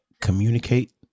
communicate